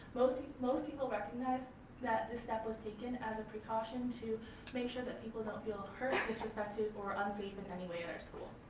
most most people recognized that this step was taken as a precaution to make sure that people don't feel hurt, disrespected or unsafe in any way at our school.